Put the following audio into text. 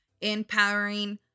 empowering